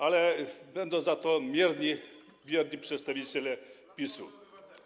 Ale będą za to mierni, wierni przedstawiciele PiS-u.